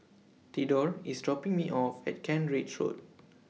Thedore IS dropping Me off At Kent Ridge Road